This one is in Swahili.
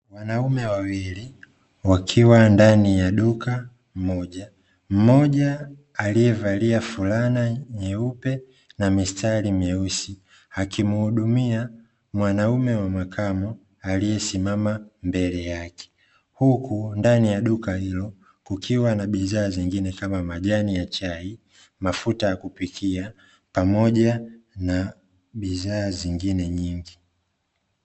Wanaume wawili wakiwa ndani ya duka moja, mmoja akiwa aliyevalia fulana nyeupe na mistari myeusi akimuhudumia mwanaume wa makamo aliye simama mbele yake, Huku ndani ya duka hilo kukiwa na bidhaa zingine kama vile majani ya chai, mafuta ya kupikia, pamoja na bidhaa zingine nyingi,